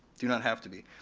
do not have to be.